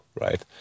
right